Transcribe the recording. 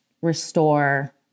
restore